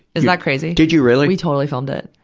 is that crazy? did you really? we totally filmed it.